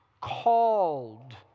called